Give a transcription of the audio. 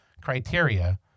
criteria